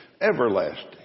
Everlasting